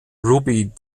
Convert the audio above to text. ruby